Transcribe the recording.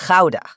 Gouda